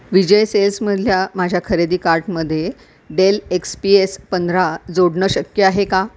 विजय सेल्समधल्या माझ्या खरेदी कार्टमध्ये डेल एक्स पी एस पंधरा जोडणं शक्य आहे का